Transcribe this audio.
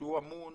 שהוא אמון